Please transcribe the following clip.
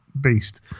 beast